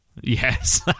Yes